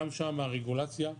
גם שם הרגולציה מעיקה.